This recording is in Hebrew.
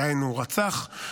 דהיינו רצח,